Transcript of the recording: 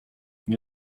nie